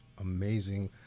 amazing